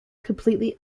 completely